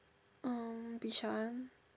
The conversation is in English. um Bishan